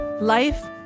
life